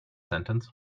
sentence